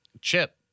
Chip